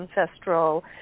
ancestral